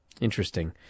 Interesting